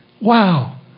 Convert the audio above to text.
wow